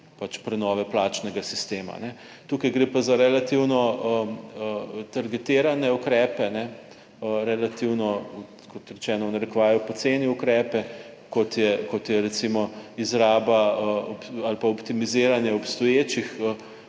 prenove plačnega sistema. Tukaj gre pa za relativno targetirane ukrepe, relativno kot rečeno, v narekovaju, poceni ukrepe kot je kot je recimo izraba ali pa optimiziranje obstoječih